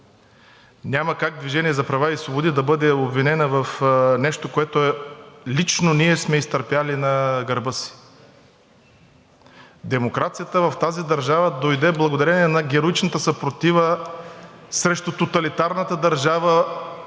Няма как „Движение за права и свободи“ да бъде обвинено в нещо, което лично ние сме изтърпели на гърба си. Демокрацията в тази държава дойде благодарение на героичната съпротива срещу тоталитарната държава,